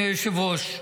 היושב-ראש,